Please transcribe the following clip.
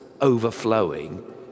overflowing